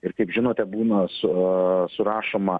ir kaip žinote būna su surašoma